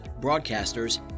broadcasters